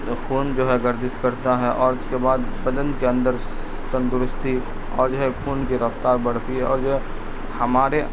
خون جو ہے گردش کرتا ہے اور اس کے بعد بدن کے اندر تندرستی اور جو ہے خون کی رفتار بڑھتی ہے اور جو ہے ہمارے